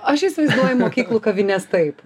aš įsivaizduoju mokyklų kavines taip